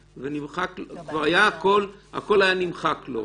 כבר הכול היה נמחק לו.